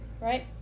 Right